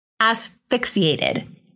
asphyxiated